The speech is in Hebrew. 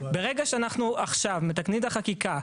ברגע שאנחנו עכשיו מתקנים את החקיקה,